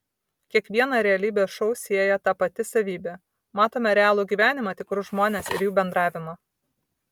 kiekvieną realybės šou sieja ta pati savybė matome realų gyvenimą tikrus žmones ir jų bendravimą